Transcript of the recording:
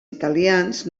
italians